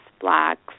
blacks